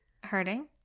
hurting